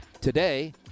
Today